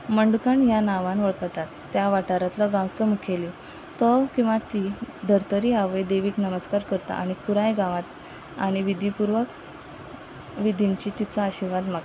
मंडकण ह्या नांवान वळखतात त्या वाठारांतलो गांवचो मुखेली तो किंवा ती धर्तरी आवय देवीक नमस्कार करता आनी पुराय गांवांत आनी विधी पुर्वक विधींची तिचो आशिर्वाद मागता